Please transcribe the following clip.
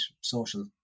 social